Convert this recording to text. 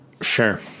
Sure